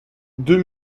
deux